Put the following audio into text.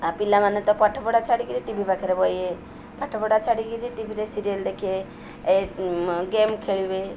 ଆଉ ପିଲାମାନେ ତ ପାଠପଢ଼ା ଛାଡ଼ି କରି ଟି ଭି ପାଖରେ ବସିବେ ପାଠପଢ଼ା ଛାଡ଼ି କରି ଟିଭିରେ ସିରିଏଲ୍ ଦେଖେ ଏ ଗେମ୍ ଖେଳିବେ